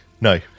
no